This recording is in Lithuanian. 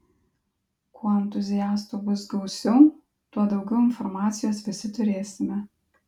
kuo entuziastų bus gausiau tuo daugiau informacijos visi turėsime